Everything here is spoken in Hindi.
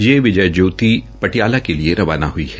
ये विजय ज्योति पटियाला के लिए रवाना हुई है